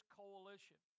coalition